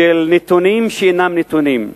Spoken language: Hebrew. של נתונים שאינם נתונים.